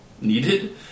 needed